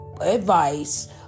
advice